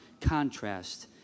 contrast